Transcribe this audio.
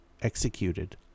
executed